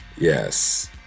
Yes